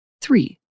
Three